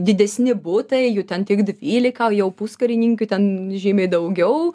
didesni butai jų ten tik dvylika jau puskarininkių ten žymiai daugiau